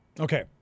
Okay